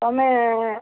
ତମେ